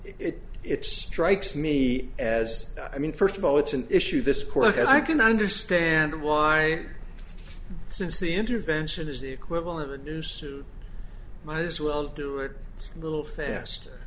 it it strikes me as i mean first of all it's an issue this court has i can understand why since the intervention is the equivalent of news might as well do it a little faster